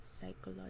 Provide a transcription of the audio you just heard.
psychological